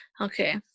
Okay